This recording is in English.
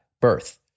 birth